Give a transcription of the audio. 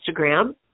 Instagram